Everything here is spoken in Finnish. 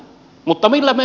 mutta millä me